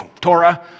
Torah